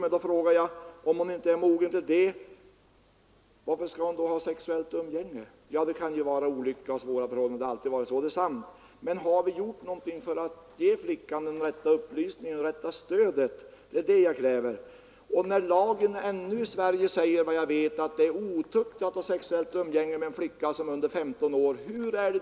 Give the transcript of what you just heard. Men om hon inte är mogen till det, varför skall hon då ha sexuellt umgänge? Ja, det kan ju vara olyckliga och svåra förhållanden, det är sant, men har vi gjort någonting för att ge flickan den rätta upplysningen och det rätta stödet? Det är detta jag kräver. Lagen i Sverige säger, vad jag vet, att det är otukt att ha sexuellt umgänge med en flicka som är under 15 år.